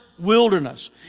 wilderness